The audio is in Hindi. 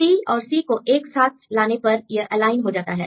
C और C को एक साथ लाने पर यह एलाइन हो जाता है